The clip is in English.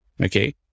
Okay